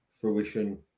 fruition